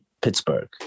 Pittsburgh